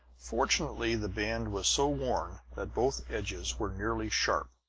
fortunately the band was so worn that both edges were nearly sharp,